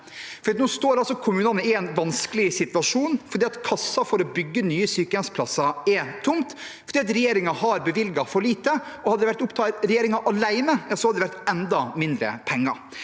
altså kommunene i en vanskelig situasjon fordi kassen for å bygge nye sykehjemsplasser er tom, fordi regjeringen har bevilget for lite, og hadde det vært opp til regjeringen alene, hadde det vært enda mindre penger.